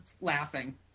laughing